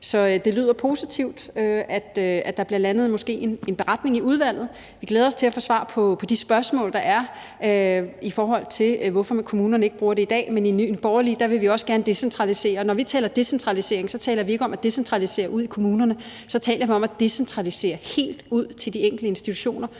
Så det lyder positivt, at der måske bliver landet en beretning i udvalget. Vi glæder os til at få svar på de spørgsmål, der er i forhold til, hvorfor kommunerne ikke bruger det i dag, men i Nye Borgerlige vil vi også gerne decentralisere. Og når vi taler decentralisering, taler vi ikke om at decentralisere ud i kommunerne; så taler vi om at decentralisere helt ud til de enkelte institutioner